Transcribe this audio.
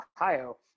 Ohio